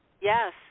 Yes